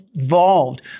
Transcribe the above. involved